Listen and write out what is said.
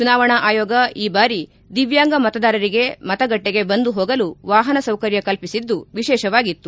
ಚುನಾವಣಾ ಆಯೋಗ ಈ ಬಾರಿ ದಿವ್ಯಾಂಗ ಮತದಾರರಿಗೆ ಮತಗಟ್ಟೆಗೆ ಬಂದು ಹೋಗಲು ವಾಹನ ಸೌಕರ್ಯ ಕಲ್ಪಿಸಿದ್ದು ವಿಶೇಷವಾಗಿತ್ತು